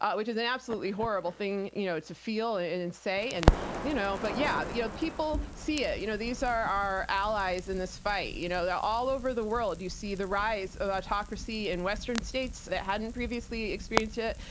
ah which is an absolutely horrible thing you know to feel and and say. and you know but yeah but yeah people see it. you know these are our allies in this fight. you know they're all over the world. you see the rise of autocracy in western states that hadn't previously experienced it,